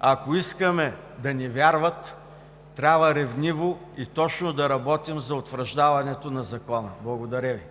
Ако искаме да ни вярват, трябва ревниво и точно да работим за утвърждаването на Закона. Благодаря Ви.